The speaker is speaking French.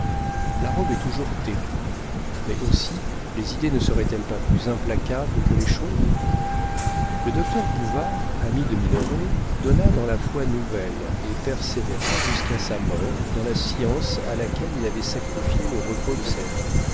la robe est toujours terrible mais aussi les idées ne seraient-elles pas plus implacables que les choses le docteur bouvard ami de minoret donna dans la foi nouvelle et persévéra jusqu'à sa mort dans la science à laquelle il avait sacrifié le repos de sa vie